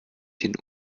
den